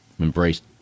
embraced